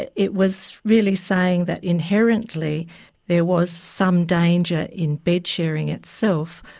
it it was really saying that inherently there was some danger in bedsharing itself,